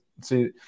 see